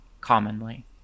commonly